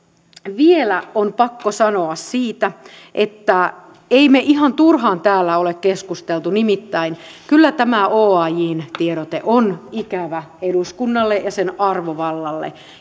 vielä on pakko sanoa siitä että emme me ihan turhaan täällä ole keskustelleet nimittäin kyllä tämä oajn tiedote on ikävä eduskunnalle ja sen arvovallalle